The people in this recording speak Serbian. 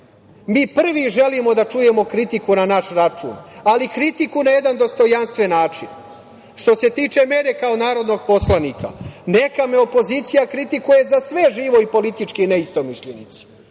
Mi prvi želimo da čujemo kritiku na naš račun, ali kritiku na jedan dostojanstven način. Što se tiče mene kao narodnog poslanika, neka me opozicija kritikuje za sve živo i politički neistomišljenici,